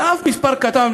ואף מספר קטן,